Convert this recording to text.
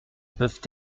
peuvent